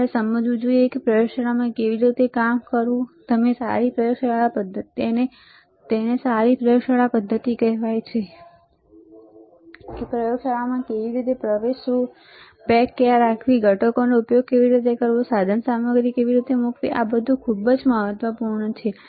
તમારે સમજવું જોઈએ કે પ્રયોગશાળામાં કેવી રીતે કામ કરવું અને તેને સારી પ્રયોગશાળા પધ્ધતિ કહેવાય છે કે પ્રયોગશાળામાં કેવી રીતે પ્રવેશવું બેગ ક્યાં રાખવી ઘટકનો ઉપયોગ કેવી રીતે કરવો સાધનસામગ્રી કેવી રીતે મૂકવી આ બધું ખૂબ જ મહત્વપૂર્ણ છે